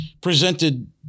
presented